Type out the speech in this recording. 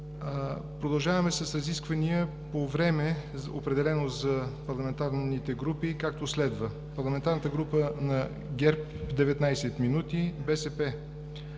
Продължаваме с разисквания по време, определено за парламентарните групи, както следва: парламентарната група на ГЕРБ – 19 минути, „БСП